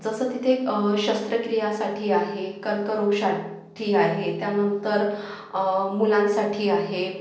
जसं तिथे शस्त्रक्रियासाठी आहे कर्करोगासाठी आहे त्यानंतर मुलांसाठी आहे